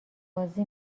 بازی